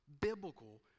biblical